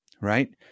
right